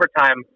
overtime